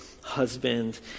husband